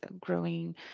growing